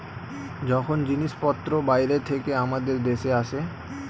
যখন জিনিসপত্র বাইরে থেকে আমাদের দেশে আসে